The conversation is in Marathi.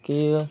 की